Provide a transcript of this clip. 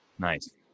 Nice